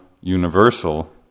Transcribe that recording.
universal